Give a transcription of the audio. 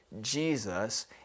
Jesus